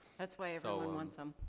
that's why everyone wants em.